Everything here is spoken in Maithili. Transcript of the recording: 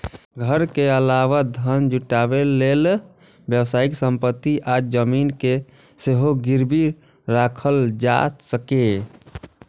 घर के अलावा धन जुटाबै लेल व्यावसायिक संपत्ति आ जमीन कें सेहो गिरबी राखल जा सकैए